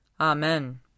Amen